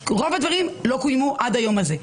רוב הדברים לא קוימו עד היום זה.